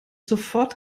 sofort